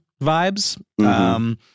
vibes